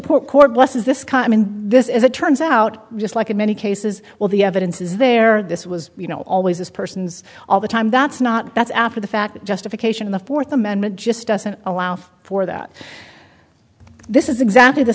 pork or blesses this common this is it turns out just like in many cases well the evidence is there this was you know always this person's all the time that's not that's after the fact justification in the fourth amendment just doesn't allow for that this is exactly the